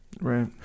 Right